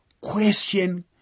question